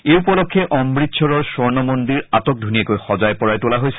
এই উপলক্ষে অমতচৰৰ স্থৰ্শ মন্দিৰ আটকধুনীয়াকৈ সজাই পৰাই তোলা হৈছে